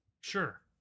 Sure